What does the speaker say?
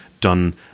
done